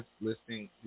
listening